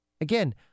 Again